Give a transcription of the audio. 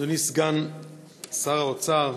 אדוני סגן שר האוצר,